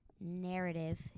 narrative